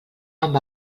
amb